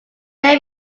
may